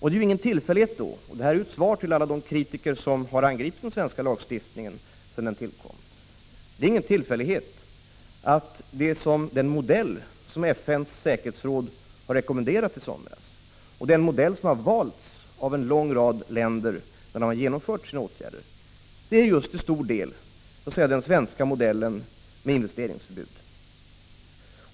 Det är ingen tillfällighet, vilket är ett svar till alla de kritiker som har angripit den svenska lagstiftningen sedan den tillkom, att den modell som FN:s säkerhetsråd rekommenderade i somras och den modell som valts av en lång rad länder då de genomfört sina åtgärder till stor del är den svenska modellen med investeringsförbud.